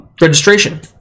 registration